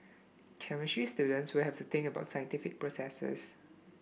chemistry students will have to think about scientific processes